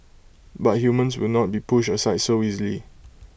but humans will not be pushed aside so easily